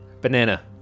Banana